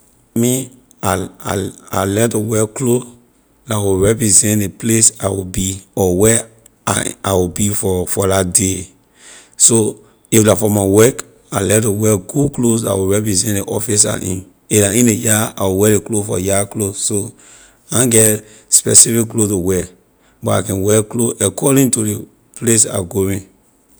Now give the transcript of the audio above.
Me, I i I like to wear clothes la will represent ley place i’ll be or where i’m I will be for for la day so if la for my work I like to wear good clothes la will represent ley office la I in if la in ley yard I will wear ley clothes for yard clothes so I na get specific clothes to wear but I can wear clothes according to ley place I going.